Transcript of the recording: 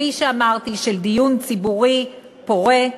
כפי שאמרתי, של דיון ציבורי פורה,